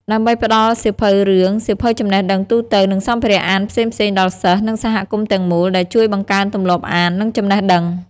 ដើម្បីផ្តល់សៀវភៅរឿង សៀវភៅចំណេះដឹងទូទៅ និងសម្ភារៈអានផ្សេងៗដល់សិស្ស និងសហគមន៍ទាំងមូល ដែលជួយបង្កើនទម្លាប់អាន និងចំណេះដឹង។